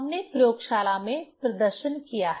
हमने प्रयोगशाला में प्रदर्शन किया है